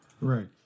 Right